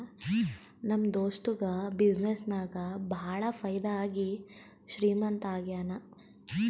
ನಮ್ ದೋಸ್ತುಗ ಬಿಸಿನ್ನೆಸ್ ನಾಗ್ ಭಾಳ ಫೈದಾ ಆಗಿ ಶ್ರೀಮಂತ ಆಗ್ಯಾನ